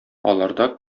аларда